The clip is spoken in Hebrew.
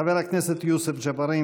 חבר הכנסת יוסף ג'בארין,